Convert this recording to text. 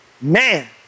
man